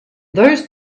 those